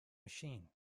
machine